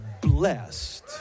blessed